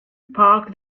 park